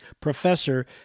professor